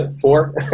Four